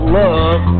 love